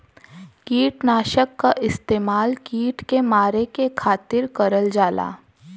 किटनाशक क इस्तेमाल कीट के मारे के खातिर करल जाला